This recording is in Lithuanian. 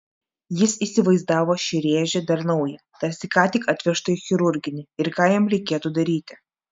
jis įsivaizdavo šį rėžį dar naują tarsi ką tik atvežtą į chirurginį ir ką jam reikėtų daryti